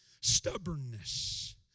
stubbornness